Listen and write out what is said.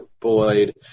Boyd